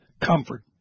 comfort